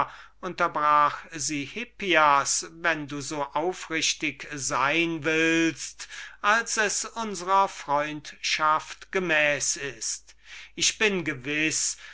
unterbrach sie hippias wenn du so aufrichtig sein willt als es unsrer freundschaft gemäß ist ich bin gewiß